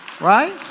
right